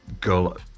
girl